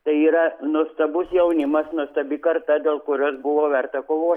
tai yra nuostabus jaunimas nuostabi karta dėl kurios buvo verta kovo